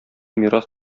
мирас